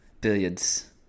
Billiards